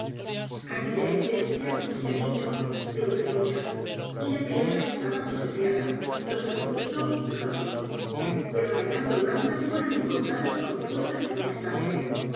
había evidencia se h a dicho de una l u c h a y l a tierra estaba pisoteada los arbustos r o t o s pero l a enagua y banda fueron encontradas como puestas en un estante